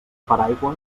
paraigua